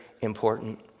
important